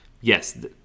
yes